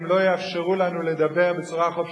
לא יאפשרו לנו לומר בצורה חופשית,